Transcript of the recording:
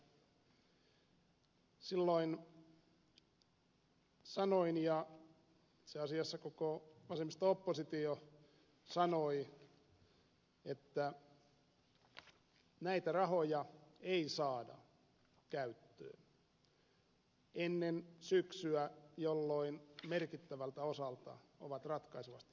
silloin sanoin ja itse asiassa koko vasemmisto oppositio sanoi että näitä rahoja ei saada käyttöön ennen syksyä jolloin merkittävältä osalta ovat ratkaisevasti myöhässä